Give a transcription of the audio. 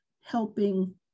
helping